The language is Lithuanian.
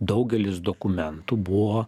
daugelis dokumentų buvo